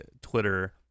Twitter